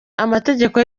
amategeko